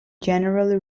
generally